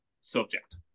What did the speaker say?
subject